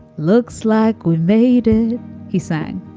looks like we made and he sang.